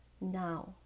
now